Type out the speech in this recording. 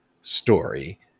story